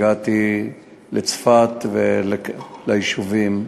הגעתי לצפת וליישובים.